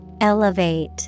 Elevate